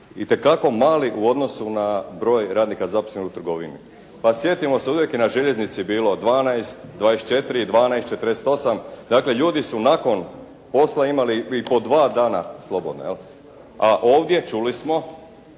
itekako mali u odnosu na broj radnika zaposlenih u trgovini. Pa sjetimo se, uvijek je na željeznici bilo 12, 24, 12, 48. Dakle, ljudi su nakon posla imali po dva dana slobodno. A ovdje čuli smo,